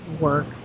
work